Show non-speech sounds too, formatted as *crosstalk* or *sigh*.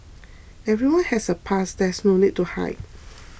everyone has a past there is no need to hide *noise*